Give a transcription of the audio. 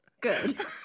good